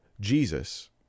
Jesus